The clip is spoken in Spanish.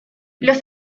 los